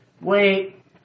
wait